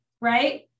right